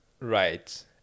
Right